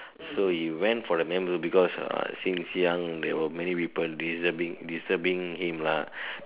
so he went for the men boobs because since young there were many people disturbing disturbing him lah